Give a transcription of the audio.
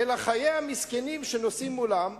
אלא את חיי המסכנים שנוסעים מולם,